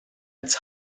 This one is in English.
its